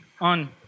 on